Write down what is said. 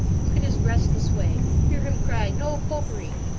look at his restless way, hear him cry no popery!